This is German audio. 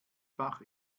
fach